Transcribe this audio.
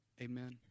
Amen